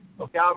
Okay